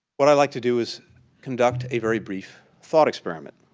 what i like to do is conduct a very brief thought experiment.